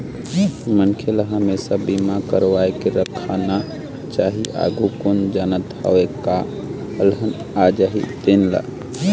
मनखे ल हमेसा बीमा करवा के राखना चाही, आघु कोन जानत हवय काय अलहन आ जाही तेन ला